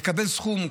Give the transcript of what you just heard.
לקבל סכום,